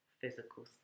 physical